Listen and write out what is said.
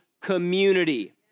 community